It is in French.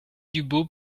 dubos